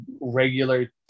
regular